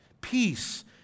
peace